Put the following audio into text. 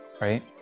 right